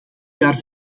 jaar